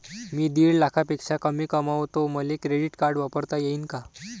मी दीड लाखापेक्षा कमी कमवतो, मले क्रेडिट कार्ड वापरता येईन का?